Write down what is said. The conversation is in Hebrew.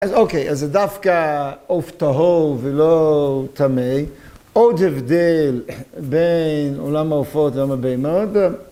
אז אוקיי, אז זה דווקא עוף טהור ולא טמא. עוד הבדל בין עולם העופות לעולם הבהמות.